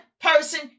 person